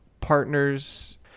partners